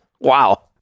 Wow